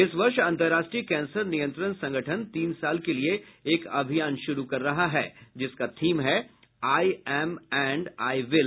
इस वर्ष अंतर्राष्ट्रीय कैंसर नियंत्रण संगठन तीन साल के लिए एक अभियान शुरू कर रहा है जिसका थीम है I am and I will